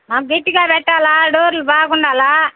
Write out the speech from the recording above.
గట్టిగా పెట్టాలా డోర్లు బాగుండాలా